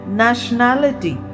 nationality